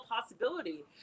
possibility